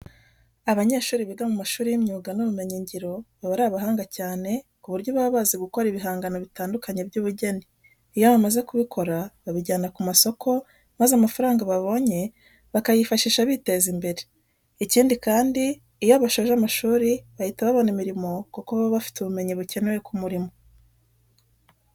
Abanyeshuri biga mu mashuri y'imyuga n'ubumenyingiro baba ari abahanga cyane ku buryo baba bazi gukora ibihangano bitandukanye by'ubugeni. Iyo bamaze kubikora babijyana ku masoko maze amafaranga babonye bakayifashisha biteza imbere. Ikindi kandi, iyo basoje amashuri bahita babona imirimo kuko baba bafite ubumenyi bukenewe ku murimo.